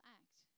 act